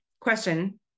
question